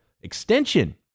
extension